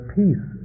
peace